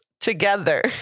together